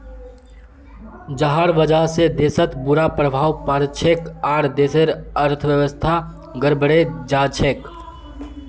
जहार वजह से देशत बुरा प्रभाव पोरछेक आर देशेर अर्थव्यवस्था गड़बड़ें जाछेक